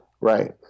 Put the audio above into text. right